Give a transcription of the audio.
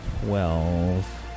Twelve